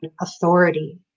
authority